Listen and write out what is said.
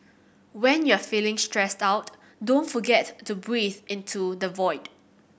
when you are feeling stressed out don't forget to breathe into the void